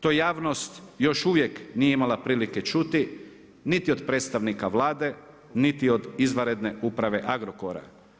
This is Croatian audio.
To javnost još uvijek nije imala prilike čuti niti od predstavnika Vlade, niti od izvanredne uprave Agrokora.